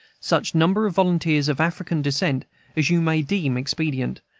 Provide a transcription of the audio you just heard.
such number of volunteers of african descent as you may deem expedient,